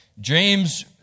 James